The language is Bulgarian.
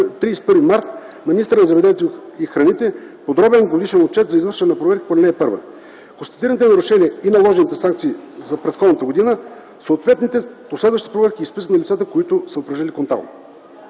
31 март на министъра на земеделието и храните подробен годишен отчет за извършените проверки по ал. 1, констатираните нарушения и наложените санкции за предходната година, съответните последващи проверки и списък на лицата, върху които са упражнили контрол.